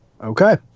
Okay